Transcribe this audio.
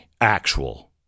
actual